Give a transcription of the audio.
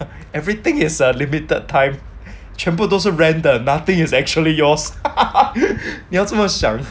everything is a limited time 全部都是 rent the battery is actually yours ah 你要这么想